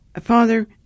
Father